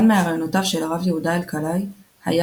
אחד מרעיונותיו של הרב יהודה אלקלעי היה